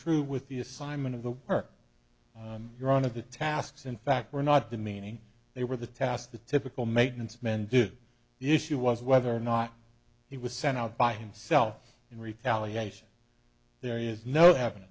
true with the assignment of the work you're on of the tasks in fact were not demeaning they were the tasks the typical maintenance men do the issue was whether or not he was sent out by himself in retaliation there is no